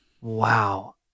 Wow